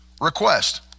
request